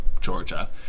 Georgia